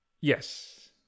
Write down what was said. Yes